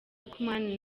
luqman